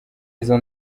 izo